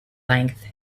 length